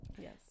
Yes